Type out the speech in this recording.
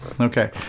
Okay